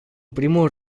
primul